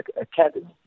academy